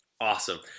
Awesome